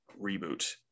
reboot